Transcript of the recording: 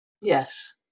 Yes